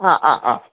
അ ആ ആ